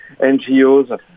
NGOs